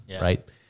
Right